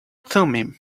thummim